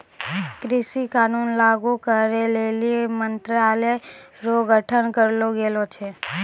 कृषि कानून लागू करै लेली मंत्रालय रो गठन करलो गेलो छै